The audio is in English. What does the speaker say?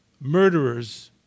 murderers